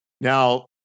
Now